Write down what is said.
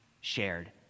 shared